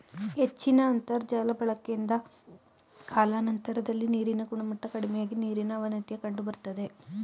ಹೆಚ್ಚಿದ ಅಂತರ್ಜಾಲ ಬಳಕೆಯಿಂದ ಕಾಲಾನಂತರದಲ್ಲಿ ನೀರಿನ ಗುಣಮಟ್ಟ ಕಡಿಮೆಯಾಗಿ ನೀರಿನ ಅವನತಿಯ ಕಂಡುಬರ್ತದೆ